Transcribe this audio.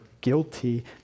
guilty